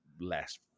less